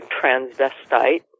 transvestite